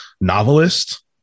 novelist